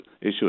issue